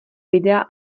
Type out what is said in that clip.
videa